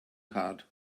had